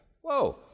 Whoa